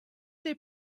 they